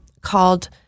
called